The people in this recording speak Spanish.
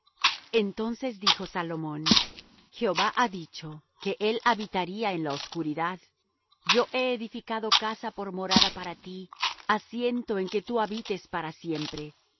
entonces dijo salomón jehová ha dicho que él habitaría en la oscuridad yo he edificado casa por morada para ti asiento en que tú habites para siempre